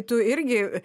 tu irgi